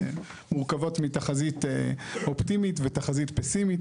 מורכבות מתחזית אופטימית ותחזית פסימית.